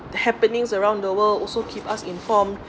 the happenings around the world also keep us informed